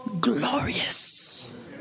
glorious